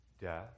death